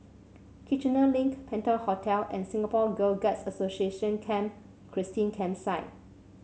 Kiichener Link Penta Hotel and Singapore Girl Guides Association Camp Christine Campsite